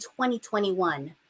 2021